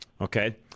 Okay